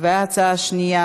וההצעה השנייה,